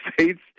States